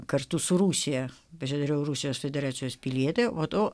kartu su rusija psidariau rusijos federacijos pilietė po to